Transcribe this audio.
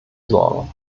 sorgen